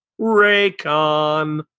Raycon